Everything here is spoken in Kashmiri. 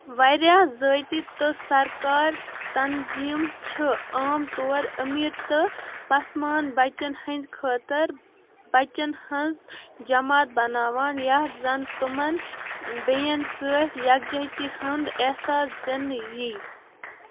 واریاہ ذٲتی تہٕ سرکار تنظیٖم چھِ عام طور أمیٖر تہٕ پسمانٛد بَچن ہٕنٛدۍ خٲطٕر بَچن ہٕنٛز جماعت بناوان یَتھ زَن تِمن بیٚیَن سٕتۍ یکجٲہتی ہُنٛد احساس دِنہٕ یی